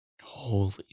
Holy